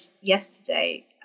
yesterday